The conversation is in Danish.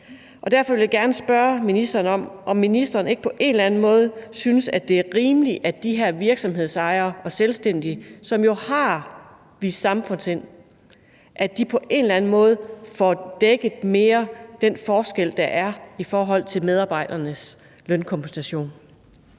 Derfor vil jeg gerne spørge ministeren, om ministeren ikke synes, at det er rimeligt, at de her virksomhedsejere og selvstændige, som jo har vist samfundssind, på en eller anden måde får dækket mere af den forskel, der er, i forhold til medarbejdernes lønkompensation.